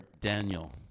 Daniel